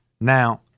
Now